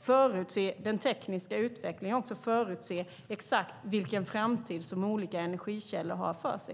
förutse den tekniska utvecklingen och förutse exakt vilken framtid de olika energikällorna har för sig.